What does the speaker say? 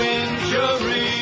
injury